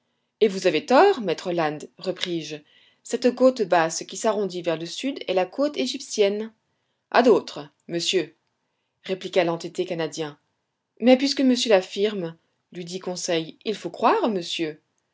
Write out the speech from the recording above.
et vous avez tort maître land repris-je cette côte basse qui s'arrondit vers le sud est la côte égyptienne a d'autres monsieur répliqua l'entêté canadien mais puisque monsieur l'affirme lui dit conseil il faut croire monsieur